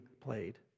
played